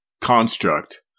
construct